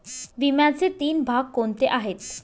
विम्याचे तीन भाग कोणते आहेत?